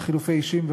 על חילופי אישים.